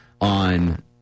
On